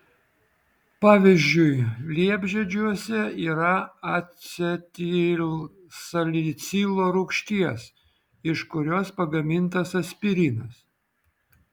pavyzdžiui liepžiedžiuose yra acetilsalicilo rūgšties iš kurios pagamintas aspirinas